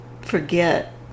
forget